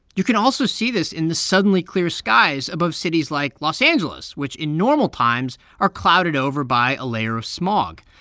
you can also see this in the suddenly clear skies above cities like los angeles, which in normal times are clouded over by a layer of smog.